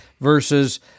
versus